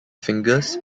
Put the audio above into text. fingers